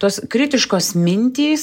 tos kritiškos mintys